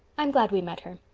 i'm glad we met her,